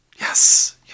Yes